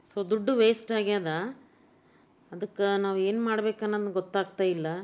so ದುಡ್ಡು waste ಆಗಿದೆ ಅದಕ್ಕೆ ನಾವು ಏನು ಮಾಡ್ಬೇಕು ಅನ್ನೋದು ಗೊತ್ತಾಗ್ತಾಯಿಲ್ಲ